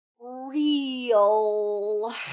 real